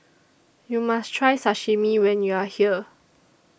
YOU must Try Sashimi when YOU Are here